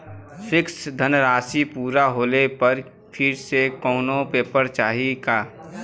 Fix धनराशी पूरा होले पर फिर से कौनो पेपर चाही का?